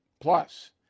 Plus